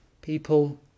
People